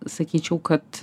sakyčiau kad